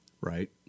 Right